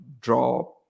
draw